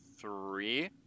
three